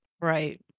Right